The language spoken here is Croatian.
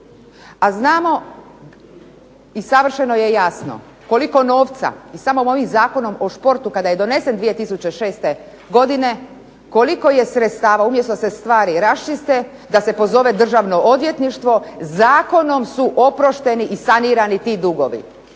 A znamo i savršeno je jasno koliko novca i samim ovim Zakonom o športu kada je donesen 2006. godine, koliko je sredstava, umjesto da se stvari raščiste, da se pozove Državno odvjetništvo, zakonom su oprošteni i sanirani ti dugovi.